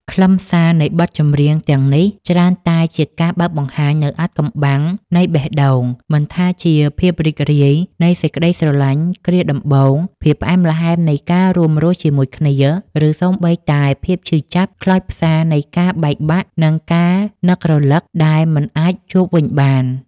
ខ្លឹមសារនៃបទចម្រៀងទាំងនេះច្រើនតែជាការបើកបង្ហាញនូវអាថ៌កំបាំងនៃបេះដូង មិនថាជាភាពរីករាយនៃសេចក្ដីស្រឡាញ់គ្រាដំបូង ភាពផ្អែមល្ហែមនៃការរួមរស់ជាមួយគ្នា ឬសូម្បីតែភាពឈឺចាប់ខ្លោចផ្សានៃការបែកបាក់ និងការនឹករលឹកដែលមិនអាចជួបវិញបាន។